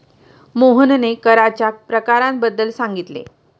मोहनने कराच्या प्रकारांबद्दल सांगितले